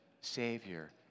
Savior